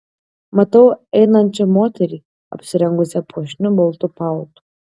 matau einančią moterį apsirengusią puošniu baltu paltu